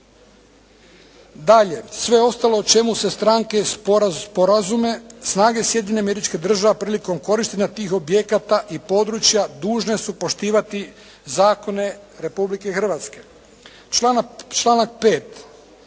Dalje, sve ostalo o čemu se stranke sporazume snage Sjedinjenih američkih Država prilikom korištenja tih objekata i područja dužne su poštivati zakone Republike Hrvatske. Članak 5.